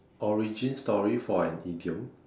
origin story for an idiom